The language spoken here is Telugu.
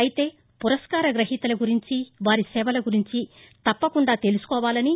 అయితే పురస్కార గ్రహీతల గురించి వారి సేవలను గురించి తప్పకుండా తెలుసుకోవాలని